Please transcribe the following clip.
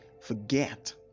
forget